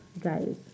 Guys